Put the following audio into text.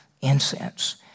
incense